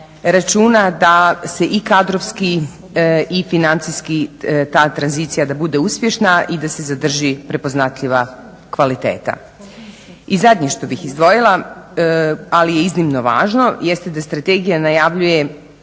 računa da se i kadrovski i financijski ta tranzicija da bude uspješna i da se zadrži prepoznatljiva kvaliteta. I zadnje što bih izdvojila ali je iznimno važno, jeste da strategija najavljuje